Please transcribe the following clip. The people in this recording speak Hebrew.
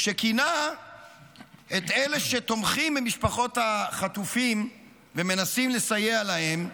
שכינה את אלה שתומכים במשפחות החטופים ומנסים לסייע להם,